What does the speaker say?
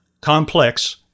complex